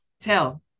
tell